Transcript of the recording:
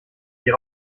die